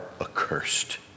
accursed